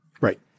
Right